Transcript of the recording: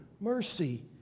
mercy